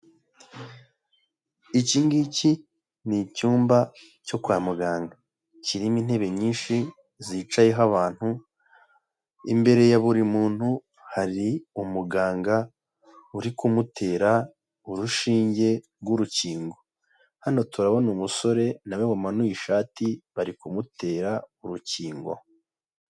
Iki ngiki ni icyumba cyo kwa muganga kirimo intebe nyinshi zicayeho abantu imbere ya buri muntu hari umuganga uri kumutera urushinge rw'urukingo, hano turabona umusore nawe wamanuye ishati bari kumutera urukingo.